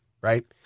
right